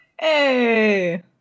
Hey